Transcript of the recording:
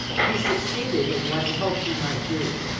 he succeeded in what he hoped he might do.